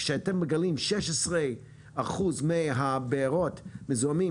כשאתם מגלים 16 אחוז מהבארות מזוהמות